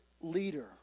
leader